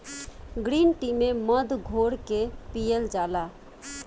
green tea में मध घोर के पियल जाला